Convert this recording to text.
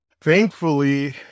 Thankfully